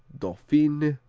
dauphine,